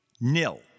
nil